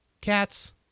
Cat's